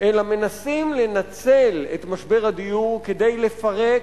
אלא מנסים לנצל את משבר הדיור כדי לפרק,